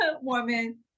woman